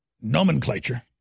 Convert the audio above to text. nomenclature